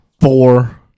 four